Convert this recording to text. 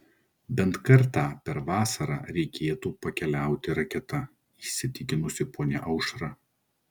bent kartą per vasarą reikėtų pakeliauti raketa įsitikinusi ponia aušra